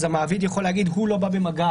אז המעביד יכול להגיד שהוא לא בא במגע